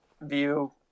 view